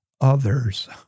others